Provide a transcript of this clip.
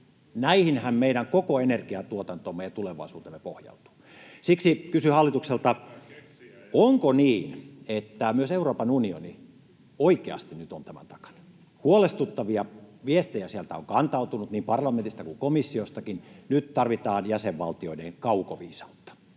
Näihinhän meidän koko energiantuotantomme ja tulevaisuutemme pohjautuu. [Juha Mäenpää: Se pitää keksiä ensin!] Siksi kysyn hallitukselta: onko niin, että myös Euroopan unioni oikeasti nyt on tämän takana? Huolestuttavia viestejä sieltä on kantautunut niin parlamentista kuin komissiostakin. Nyt tarvitaan jäsenvaltioiden kaukoviisautta,